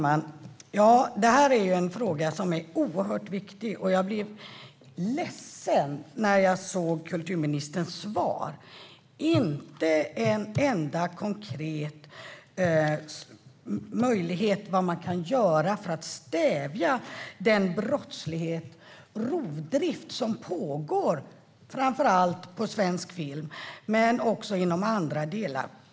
Herr talman! Det här är en fråga som är oerhört viktig. Jag blev ledsen när jag såg kulturministerns svar. Det är inte en enda konkret möjlighet i fråga om vad man kan göra för att stävja brottsligheten och den rovdrift som pågår framför allt på svensk film men också andra delar.